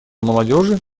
молодежи